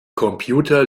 computer